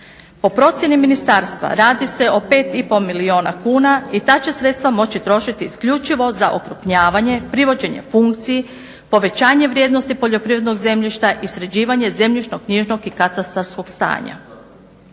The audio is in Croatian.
Po procjeni ministarstva radi se o pet i pol milijuna kuna i ta će sredstva moći trošiti isključivo za okrupnjavanje, privođenje funkciji, povećanje vrijednosti poljoprivrednog zemljišta i sređivanje zemljišno-knjižnog i katastarskog stanja.